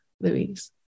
Louise